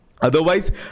Otherwise